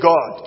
God